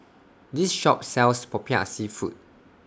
This Shop sells Popiah Seafood